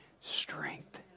strength